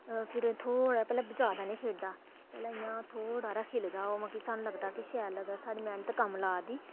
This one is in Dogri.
फ्हिर थोह्ड़ा पैह्लें जैदा निं खिलदा पैह्लें इ'यां थोह्ड़ा हारा खिलदा ओह् मतलब कि सानूं लगदा कि शैल लगदा साढ़ी मेह्नत कम्म ला'रदी